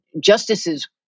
justices